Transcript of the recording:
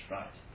right